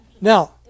Now